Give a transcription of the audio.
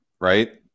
right